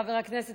חבר הכנסת,